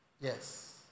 yes